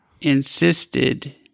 insisted